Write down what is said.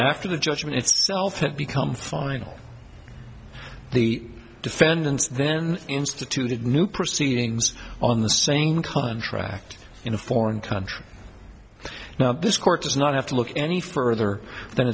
after the judgment itself had become final the defendants then instituted new proceedings on the same contract in a foreign country now this court does not have to look any further than